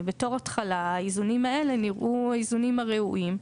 בתור התחלה האיזונים האלה נראו האיזונים הראויים.